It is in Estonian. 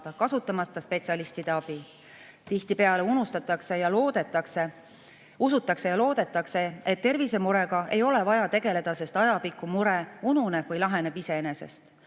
kasutamata spetsialistide abi. Tihtipeale usutakse ja loodetakse, et tervisemurega ei ole vaja tegeleda, sest ajapikku mure ununeb või laheneb iseenesest.